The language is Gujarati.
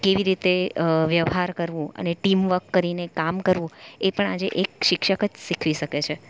કેવી રીતે વ્યવહાર કરવો અને ટીમ વર્ક કરીને કામ કરવું એ પણ આજે એક શિક્ષક જ શીખવી શકે છે